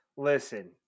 Listen